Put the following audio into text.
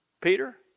Peter